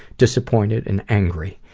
disappointed, and angry.